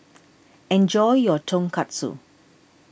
enjoy your Tonkatsu